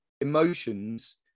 emotions